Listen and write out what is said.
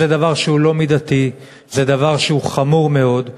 זה דבר שהוא לא מידתי, זה דבר שהוא חמור מאוד.